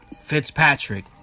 Fitzpatrick